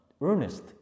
earnest